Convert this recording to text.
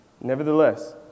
Nevertheless